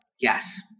yes